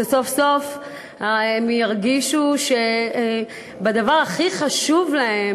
שסוף-סוף ירגישו שבדבר הכי חשוב להם,